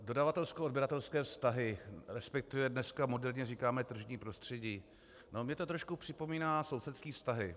Dodavatelskoodběratelské vztahy, respektive dnes moderně říkáme tržní prostředí, mně to trošku připomíná sousedské vztahy.